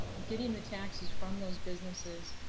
getting the taxes from those businesses